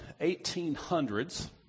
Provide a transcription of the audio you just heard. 1800's